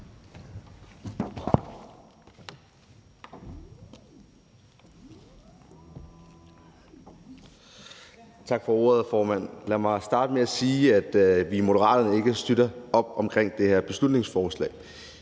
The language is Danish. Tak for ordet, formand. Lad mig starte med at sige, at vi i Moderaterne ikke støtter op omkring det her beslutningsforslag.